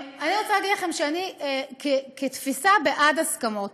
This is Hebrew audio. אני רוצה לומר לכם שאני, בתפיסה, בעד הסכמות.